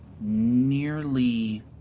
nearly